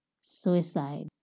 suicide